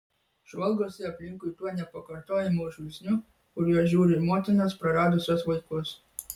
žvalgosi aplinkui tuo nepakartojamu žvilgsniu kuriuo žiūri motinos praradusios vaikus